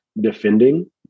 defending